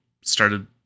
started